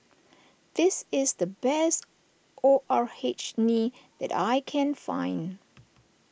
this is the best O R H Nee that I can find